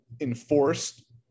enforced